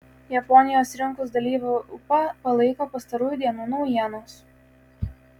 japonijos rinkos dalyvių ūpą palaiko pastarųjų dienų naujienos